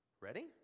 Ready